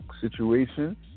Situation